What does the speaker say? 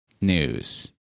news